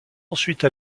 ensuite